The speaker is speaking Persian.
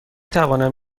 توانم